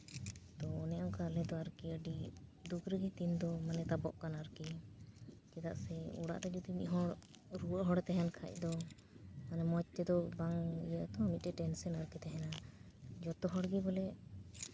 ᱟᱫᱚ ᱚᱱᱮ ᱚᱱᱠᱟ ᱟᱞᱮ ᱫᱚ ᱟᱨᱠᱤ ᱟᱹᱰᱤ ᱫᱩᱠ ᱨᱮᱜᱮ ᱫᱤᱱ ᱫᱚ ᱢᱟᱱᱮ ᱛᱟᱵᱚᱜ ᱠᱟᱱᱟ ᱟᱨᱠᱤ ᱪᱮᱫᱟᱜ ᱥᱮ ᱚᱲᱟᱜ ᱨᱮ ᱡᱩᱫᱤ ᱢᱤᱫ ᱦᱚᱲ ᱨᱩᱣᱟᱹᱜ ᱦᱚᱲᱮ ᱛᱟᱦᱮᱱ ᱠᱷᱟᱱ ᱫᱚ ᱟᱫᱚ ᱢᱚᱡᱽ ᱛᱮᱫᱚ ᱵᱟᱝ ᱤᱭᱟᱹᱜ ᱟᱛᱚ ᱢᱤᱫᱴᱮᱡ ᱴᱮᱱᱥᱮᱱ ᱟᱨᱠᱤ ᱛᱟᱦᱮᱱᱟ ᱡᱚᱛᱚ ᱦᱚᱲᱜᱮ ᱵᱚᱞᱮ